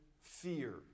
fear